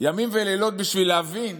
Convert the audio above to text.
ימים ולילות בשביל להבין